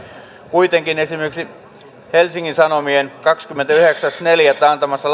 kuitenkin esimerkiksi helsingin sanomissa oli kahdeskymmenesyhdeksäs neljättä